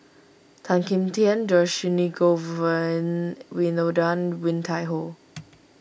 Tan Kim Tian Dhershini Govin Winodan Woon Tai Ho